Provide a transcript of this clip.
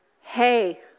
hey